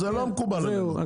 לא מקובלת עליי.